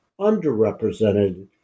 underrepresented